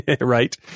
Right